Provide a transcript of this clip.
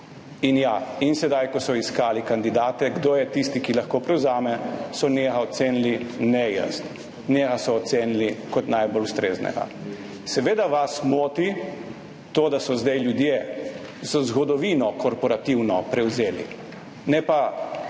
in ja, sedaj, ko so iskali kandidate, kdo je tisti, ki lahko prevzame, so njega ocenili, ne jaz, njega so ocenili kot najbolj ustreznega. Seveda vas moti to, da so zdaj prevzeli ljudje s korporativno zgodovino, ne pa